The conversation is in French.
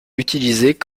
utilisés